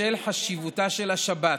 בשל חשיבותה של השבת